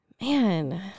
man